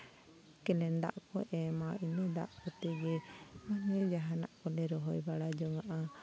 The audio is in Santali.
ᱠᱮᱱᱮᱞ ᱫᱟᱜ ᱠᱚ ᱮᱢᱟ ᱤᱱᱟᱹ ᱫᱟᱜ ᱠᱚᱛᱮ ᱜᱮ ᱮᱢᱱᱤ ᱡᱟᱦᱟᱱᱟᱜ ᱠᱚᱞᱮ ᱨᱚᱦᱚᱭ ᱵᱟᱲᱟ ᱡᱚᱝᱟᱜᱼᱟ